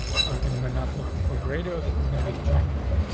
so and we're not looking for radio. this is gonna be check box.